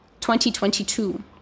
2022